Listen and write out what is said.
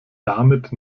damit